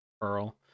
Pearl